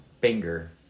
finger